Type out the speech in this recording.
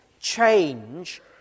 change